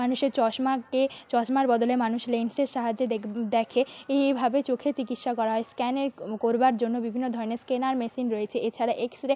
মানুষের চশমাকে চশমার বদলে মানুষ লেন্সের সাহায্যে দেখে এই এইভাবে চোখের চিকিৎসা করা হয় স্ক্যানের করবার জন্য বিভিন্ন ধরনের স্ক্যানার মেশিন রয়েছে এছাড়া এক্স রে